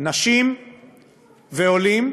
נשים ועולים,